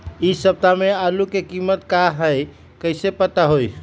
इ सप्ताह में आलू के कीमत का है कईसे पता होई?